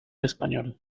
español